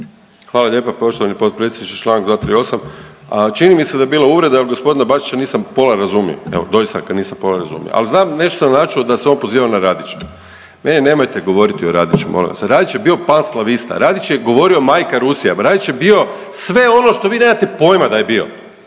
Hvala lijepo poštovani potpredsjedniče, čl. 238. Čini mi se da je bilo uvreda jer g. Bačića nisam pola razumio, evo doista ga nisam pola razumio, al' znam, nešto sam načuo da se on poziva na Radića. Meni nemojte govoriti o Radiću, molim vas. Radić je bio panslavista. Radić je govorio majka Rusija, Radić je bio sve ono što vi nemate pojma da je bio